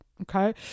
okay